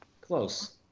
Close